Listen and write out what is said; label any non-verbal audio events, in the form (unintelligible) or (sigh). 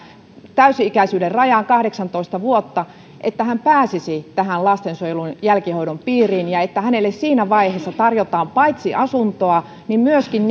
täysi ikäisyyden rajan kahdeksantoista vuotta hän pääsisi lastensuojelun jälkihoidon piiriin ja hänelle siinä vaiheessa tarjotaan paitsi asuntoa niin myöskin (unintelligible)